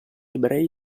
ebrei